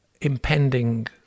impending